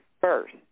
first